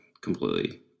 completely